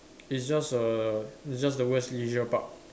it's just a it's just the words leisure park